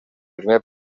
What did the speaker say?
primer